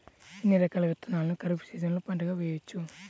ఎన్ని రకాల విత్తనాలను ఖరీఫ్ సీజన్లో పంటగా వేయచ్చు?